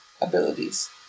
abilities